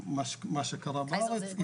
מה שקרה בארץ,